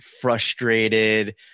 frustrated